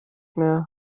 mehr